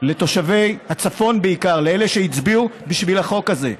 לתושבי הצפון בעיקר, לאלה שהצביעו בשביל החוק הזה.